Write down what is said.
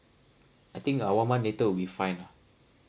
I think ah one month later will be fine lah